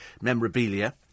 memorabilia